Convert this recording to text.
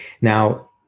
now